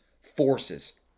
forces